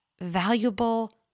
valuable